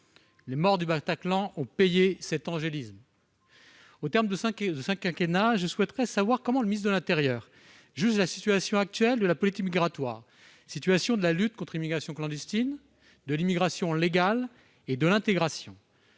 Les morts du Bataclan ont payé cet angélisme ! Au terme de ce quinquennat, je souhaite savoir comment le ministre de l'intérieur juge la situation actuelle de la politique migratoire, de la lutte contre l'immigration clandestine, de l'immigration légale et de l'intégration.